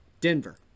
Denver